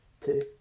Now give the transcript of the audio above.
Two